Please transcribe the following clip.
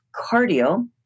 cardio